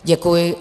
Děkuji.